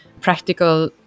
practical